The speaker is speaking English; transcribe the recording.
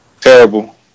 Terrible